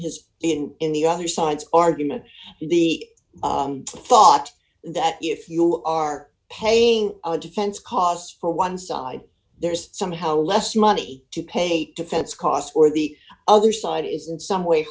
his in in the other side's argument the thought that if you are paying defense costs for one side there's somehow less money to pay defense costs for the other side is in some way